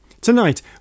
Tonight